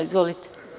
Izvolite.